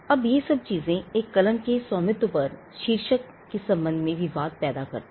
अब ये सभी चीजें एक कलम के स्वामित्व पर शीर्षक के संबंध में विवाद पैदा करती है